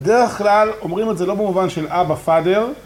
דרך כלל אומרים את זה לא במובן של אבא פאדר.